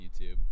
YouTube